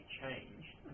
changed